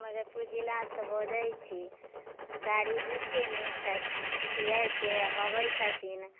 मुजफ्फरपुर जिलासँ बजैत छी गाड़ी बुक कयने छै छियै से अबैत छथिन